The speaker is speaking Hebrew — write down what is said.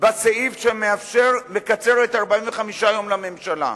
שימוש בסעיף שמאפשר לקצר את 45 היום לממשלה.